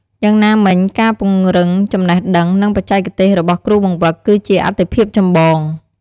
យ៉ាងណាមិញការពង្រឹងចំណេះដឹង និងបច្ចេកទេសរបស់គ្រូបង្វឹកគឺជាអាទិភាពចម្បង។